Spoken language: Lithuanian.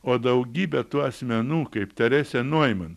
o daugybė tų asmenų kaip teresė noiman